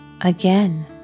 Again